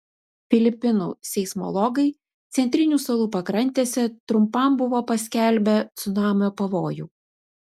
filipinų seismologai centrinių salų pakrantėse trumpam buvo paskelbę cunamio pavojų